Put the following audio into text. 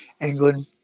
England